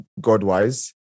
God-wise